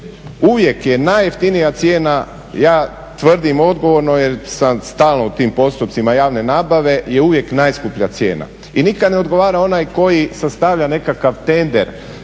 Uvijek je najjeftinija cijena, ja tvrdim odgovorno jer sam stalno u tim postupcima javne nabave, je uvijek najskuplja cijena. I nikad ne odgovara onaj koji sastavlja nekakav tender